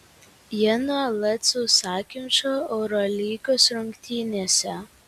ji nuolat sausakimša eurolygos rungtynėse